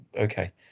okay